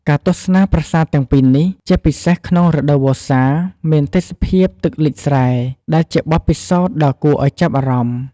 ការទស្សនាប្រាសាទទាំងពីរនេះ ជាពិសេសក្នុងរដូវវស្សា មានទេសភាព ទឹកលិចស្រែ ដែលជាបទពិសោធន៍ដ៏គួរឱ្យចាប់អារម្មណ៍។